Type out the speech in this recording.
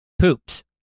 poops